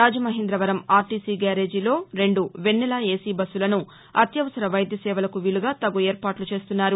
Rajamahendravaram RTC గ్యారేజీలో రెండు Vennela AC బస్సులను అత్యవసర వైద్య సేవలకు వీలుగా తగు ఏర్పాట్లు చేస్తున్నారు